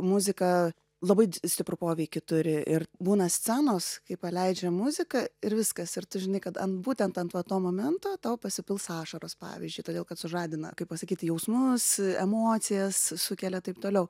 muzika labai stiprų poveikį turi ir būna scenos kai paleidžia muziką ir viskas ir tu žinai kad ant būtent ant va to momento tau pasipils ašaros pavyzdžiui todėl kad sužadina kaip pasakyti jausmus emocijas sukelia taip toliau